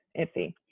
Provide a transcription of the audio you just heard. iffy